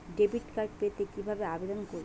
Debit card পেতে কিভাবে আবেদন করব?